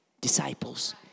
disciples